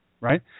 right